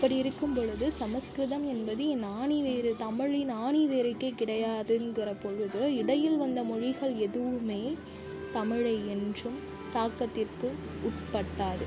அப்படி இருக்கும்பொழுது சமஸ்கிருதம் என்பது என் ஆணிவேர் தமிழின் ஆணிவேருக்கே கிடையாதுங்கிற பொழுது இடையில் வந்த மொழிகள் எதுவுமே தமிழை என்றும் தாக்கத்திற்கு உட்பட்டாது